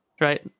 Right